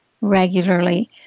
regularly